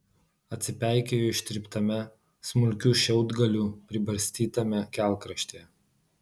atsipeikėjo ištryptame smulkių šiaudgalių pribarstytame kelkraštyje